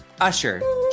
Usher